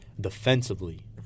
Defensively